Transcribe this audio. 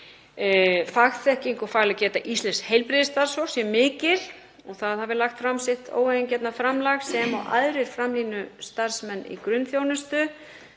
fagþekking og fagleg geta íslensks heilbrigðisstarfsfólks mikil og það hafi lagt fram sitt óeigingjarna framlag sem og aðrir framlínustarfsmenn í grunnþjónustu.